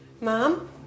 Mom